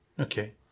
Okay